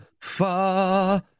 far